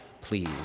Please